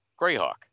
Greyhawk